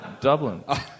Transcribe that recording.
Dublin